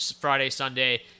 Friday-Sunday